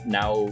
now